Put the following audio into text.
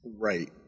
Right